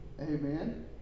Amen